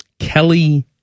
Kelly